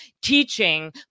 teaching